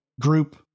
group